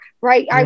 right